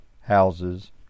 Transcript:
houses